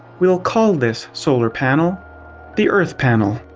we'll call this solar panel the earth panel.